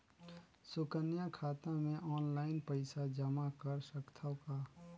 सुकन्या खाता मे ऑनलाइन पईसा जमा कर सकथव का?